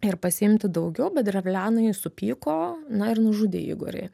ir pasiimti daugiau bet drevlianai supyko na ir nužudė igorį